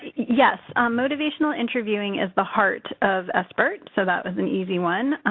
yes, motivational interviewing is the heart of ah sbirt, so that was an easy one.